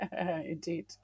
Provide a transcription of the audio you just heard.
indeed